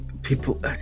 people